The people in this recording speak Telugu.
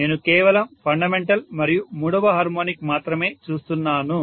నేను కేవలం ఫండమెంటల్ మరియు మూడవ హార్మోనిక్ మాత్రమే చూస్తున్నాను